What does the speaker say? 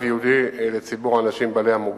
ייעודי לציבור האנשים בעלי המוגבלויות.